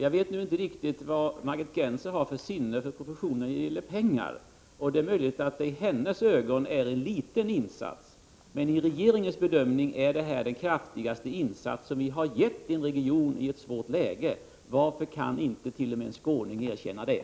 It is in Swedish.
Jag vet inte riktigt vad Margit Gennser har för sinne för proportioner när det gäller pengar, och det är möjligt att detta i hennes ögon är en liten insats. Enligt regeringens bedömning är det emellertid den kraftigaste insats som vi har gjort i en region i ett svårt läge. Varför kan inte t.o.m. en skåning erkänna det?